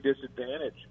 disadvantage